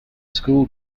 school